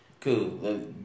Cool